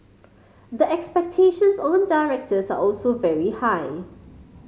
the expectations on directors are also very high